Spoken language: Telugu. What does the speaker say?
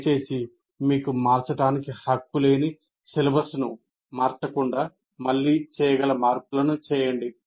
దయచేసి మీకు మార్చడానికి హక్కు లేని సిలబస్ను మార్చకుండా మళ్ళీ చేయగల మార్పులను చేయండి